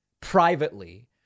privately